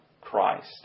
Christ